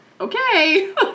Okay